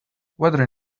weather